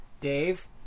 Dave